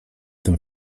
tym